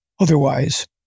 otherwise